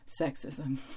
sexism